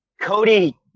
Cody